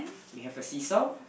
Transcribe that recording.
we have a seesaw